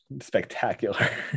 spectacular